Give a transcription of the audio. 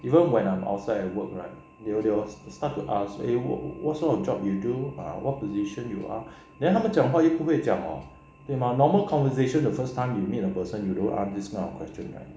even when I'm outside at work right they will start to ask eh what kind of job you do err what position you are then 他们讲话又不会讲 hor 对吗 in a normal conversation the first time you meet a person you don't ask this kind of stuff actually